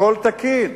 הכול תקין.